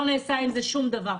ולא נעשה עם זה שום דבר.